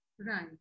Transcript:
Right